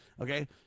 Okay